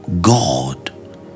God